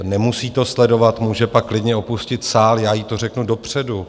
Nemusí to sledovat, může pak klidně opustit sál, já jí to řeknu dopředu.